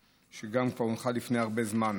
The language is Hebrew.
שגם כבר הונחה לפני הרבה זמן.